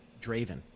Draven